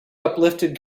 uplifted